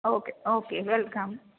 okay okay welcome